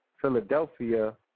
Philadelphia